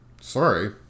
sorry